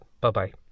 bye-bye